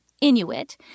Inuit